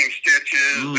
stitches